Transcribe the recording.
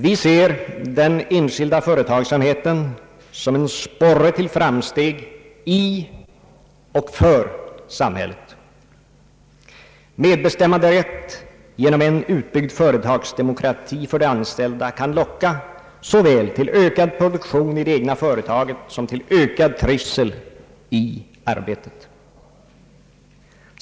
Vi ser den enskilda företagssamheten som en sporre till framsteg i och för samhället. Medbestämmanderätt genom en utbyggd företagsdemokrati för de anställda kan locka såväl till ökad produktion i det egna företaget som till ökad trivsel i arbetet.